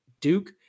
Duke